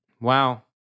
Wow